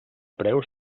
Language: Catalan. preu